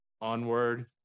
onward